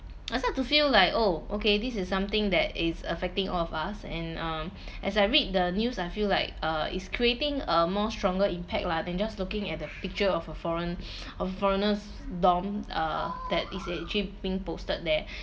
I start to feel like oh okay this is something that is affecting all of us and um as I read the news I feel like uh it's creating a more stronger impact lah than just looking at the picture of a foreign~ of foreigners' dorm uh that is actually being posted there